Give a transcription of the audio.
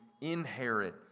inherit